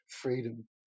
freedom